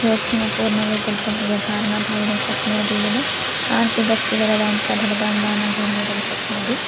पूर्णविकल्पम् इति धारणा भवितुं शक्नोति यत् आर्थिकस्थिरतां सफलां वा न जनयितुं शक्नोति